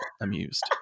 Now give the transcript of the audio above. amused